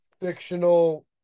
fictional